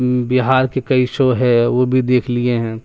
بہار کے کئی شو ہے وہ بھی دیکھ لیے ہیں